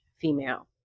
female